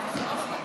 עד שלוש דקות.